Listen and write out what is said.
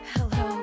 Hello